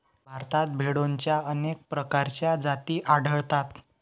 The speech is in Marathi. भारतात भेडोंच्या अनेक प्रकारच्या जाती आढळतात